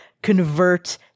convert